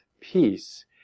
peace